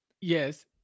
Yes